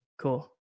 Cool